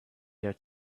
their